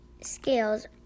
scales